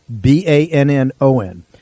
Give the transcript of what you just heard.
B-A-N-N-O-N